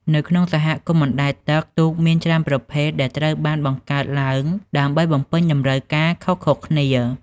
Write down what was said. នៅក្នុងសហគមន៍អណ្តែតទឹក ទូកមានច្រើនប្រភេទដែលត្រូវបានបង្កើតឡើងដើម្បីបំពេញតម្រូវការខុសៗគ្នា។